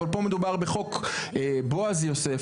אבל פה מדובר בחוק בועז יוסף,